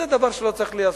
זה דבר שלא צריך להיעשות.